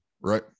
right